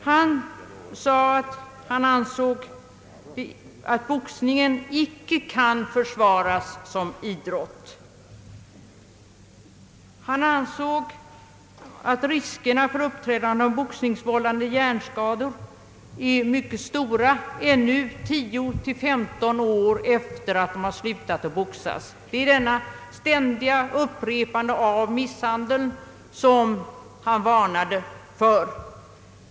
Carlsson sade att han ansåg att boxningen inte kan försvaras som idrott. Han ansåg att riskerna för hjärnskador vållade vid boxningsmatcher kan vara stora ännu 10—15 år efter att man har slutat boxas. Det är detta ständiga upprepande av misshandeln som han varnade för.